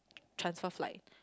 transfer flight